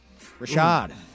Rashad